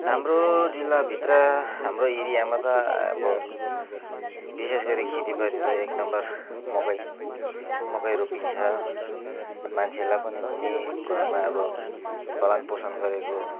हाम्रो जिल्लाभित्र हाम्रो एरियामा त अब विशेष गरी खेतीपाती त एक नम्बर मकै मकै रोपिन्छ मान्छेलाई पनि हुने घरमा अब पालनपोषण गरेको